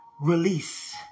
release